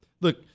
Look